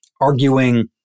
arguing